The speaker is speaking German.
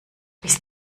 bist